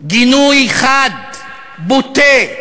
גינוי חד, בוטה,